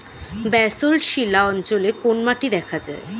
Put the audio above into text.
Basalt শিলা অঞ্চলে কোন মাটি দেখা যায়?